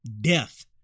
Death